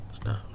Stop